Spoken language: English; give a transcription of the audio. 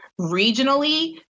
regionally